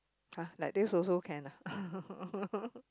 [huh] like this also can ah